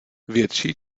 větší